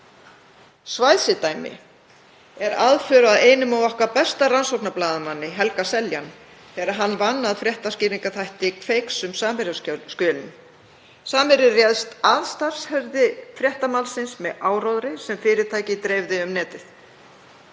Svæsið dæmi er aðför að einum okkar besta rannsóknarblaðamanni, Helga Seljan, þegar hann vann að fréttaskýringaþætti Kveiks um Samherjaskjölin. Samherji réðst að starfsheiðri fréttamannsins með áróðri sem fyrirtækið dreifði um netið.